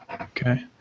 Okay